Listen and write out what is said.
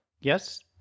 Yes